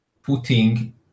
putting